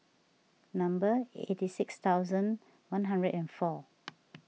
number eighty six thousand one hundred and four